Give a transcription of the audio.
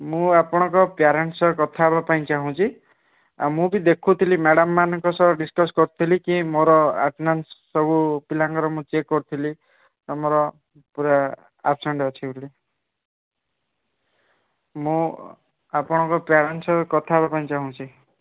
ମୁଁ ଆପଣଙ୍କ ପ୍ୟାରେଣ୍ଟସ୍ ସହ କଥା ହେବାକୁ ଚାଁହୁଛି ଆଉ ମୁଁ ବି ଦେଖୁଥିଲି ମ୍ୟାଡ଼ାମ୍ମାନଙ୍କ ସହ ଡ଼ିସକଶ୍ କରୁଥିଲି କି ମୋର ଆଟେଣ୍ଡାନ୍ସ୍ ସବୁ ସବୁ ପିଲାଙ୍କର ମୁଁ ଚେକ୍ କରୁଥିଲି ଆମର ପୁରା ଆବସେଣ୍ଟ୍ ଅଛି ବୋଲି ମୁଁ ଆପଣଙ୍କ ପ୍ୟାରେଣ୍ଟସ୍ ସହ କଥା ହେବା ପାଇଁ ଚାହୁଁଛି